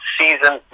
season